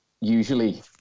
usually